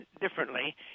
differently